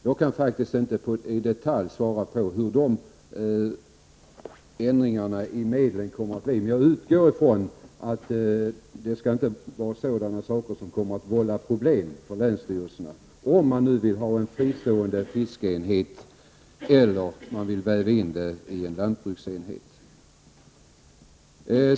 Jag kan inte i detalj svara på hur medlen kommer att påverkas, men jag utgår ifrån att detta inte kommer att vålla problem för länsstyrelserna, om de nu vill ha en fristående fiskeenhet eller om de vill väva in fiskenämnden i en lantbruksenhet.